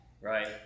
right